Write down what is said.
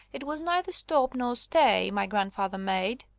it was neither stop nor stay my grandfather made,